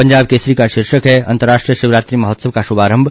पंजाब केसरी का शीर्षक है अंतरराष्ट्रीय शिवरात्रि महोत्सव का शुभारम्भ